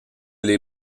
les